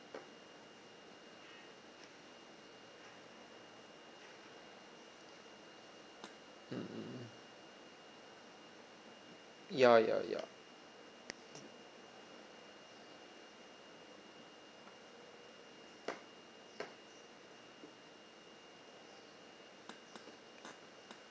ya ya ya